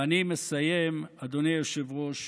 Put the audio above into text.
ואני מסיים, אדוני היושב-ראש,